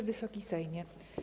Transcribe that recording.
Wysoki Sejmie!